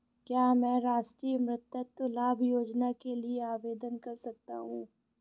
क्या मैं राष्ट्रीय मातृत्व लाभ योजना के लिए आवेदन कर सकता हूँ?